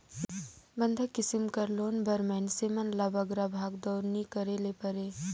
बंधक किसिम कर लोन बर मइनसे मन ल बगरा भागदउड़ नी करे ले परे